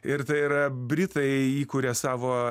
ir tai yra britai įkuria savo